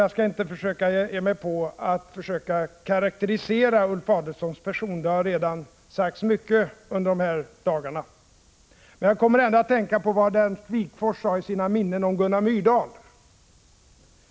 Jag skall inte här ge mig på att försöka karakterisera Ulf Adelsohns person; det har redan sagts mycket under de här dagarna. Men jag kommer ändå att tänka på vad Ernst Wigforss sade i sina ”Minnen” om Gunnar Myrdal.